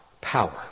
power